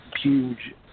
huge